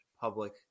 public